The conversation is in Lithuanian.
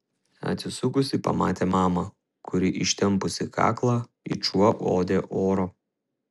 atsisukusi pamatė mamą kuri ištempusi kaklą it šuo uodė orą